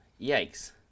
Yikes